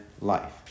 life